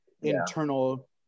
internal